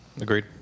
Agreed